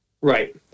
right